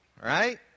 right